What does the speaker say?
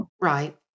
Right